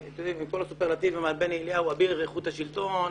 עם כל הסופרלטיבים על בני אליהו אביר איכות השלטון,